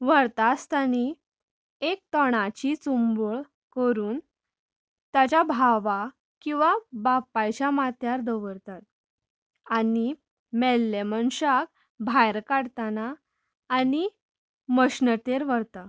व्हरता आसतनी एक तणाची चूंबळ करून ताज्या भावाक किंवां बापायच्या माथ्यार दवरतात आनी मेल्ले मनशाक भायर काडटना आनी मशणीचेर व्हरता